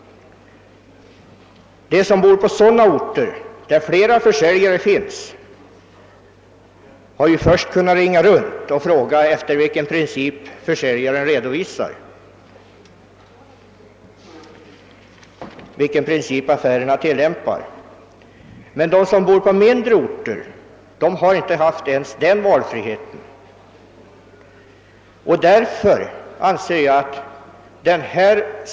De som bor på sådana orter där flera försäljare finns har först kunnat ringa runt till dessa och fråga efter vilken princip man kommer att redovisa, för att undgå att drabbas av höjd moms på avbetalningssumman. För den som bor på mindre orter har ofta inte en sådan valfrihet funnits.